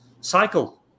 cycle